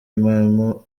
impamo